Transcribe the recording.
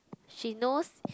she knows